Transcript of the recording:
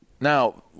Now